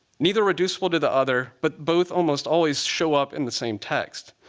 neither reducible to the other, but both almost always show up in the same text.